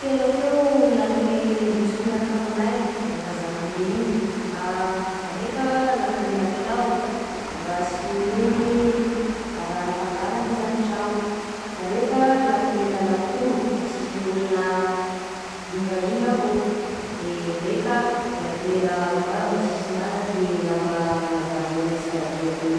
Telo akeo lakile hindesiko miaraka aminahy refa zaho mande iny, raika lakilena tragno mba sy hoe aran'ny mpangalatra zany trano, raika lakilena lakoro mba sisy ola ingainga akao de raika lakilen'arimoara mba sisy malaky lamba navalognanay sara akao igny.